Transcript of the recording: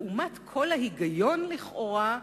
לעומת קול ההיגיון לכאורה,